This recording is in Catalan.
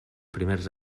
primers